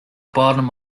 bottom